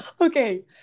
Okay